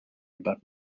about